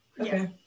Okay